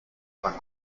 war